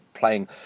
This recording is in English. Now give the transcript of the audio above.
playing